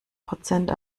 prozent